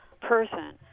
person